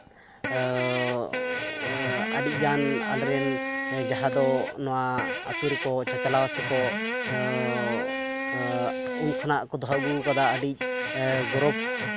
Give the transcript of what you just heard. ᱟᱹᱰᱤᱜᱟᱱ ᱟᱞᱮ ᱨᱮᱱ ᱡᱟᱦᱟᱸ ᱫᱚ ᱱᱚᱣᱟ ᱟᱛᱳ ᱨᱮᱠᱚ ᱪᱟᱪᱟᱞᱟᱣ ᱥᱮᱠᱚ ᱩᱱ ᱠᱷᱚᱱᱟᱜ ᱠᱚ ᱫᱚᱦᱚ ᱟᱹᱜᱩ ᱠᱟᱫᱟ ᱟᱹᱰᱤ ᱜᱚᱨᱚᱵᱽ